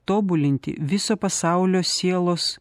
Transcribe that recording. tobulinti viso pasaulio sielos